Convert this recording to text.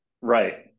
Right